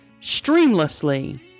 streamlessly